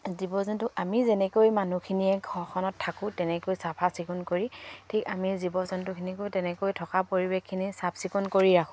জীৱ জন্তু আমি যেনেকৈ মানুহখিনিয়ে ঘৰখনত থাকোঁ তেনেকৈ চাফা চিকুণ কৰি ঠিক আমি জীৱ জন্তুখিনিকো তেনেকৈ থকা পৰিৱেশখিনি চাফ চিকুণ কৰি ৰাখোঁ